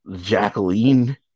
Jacqueline